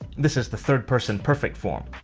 this is the third person perfect form.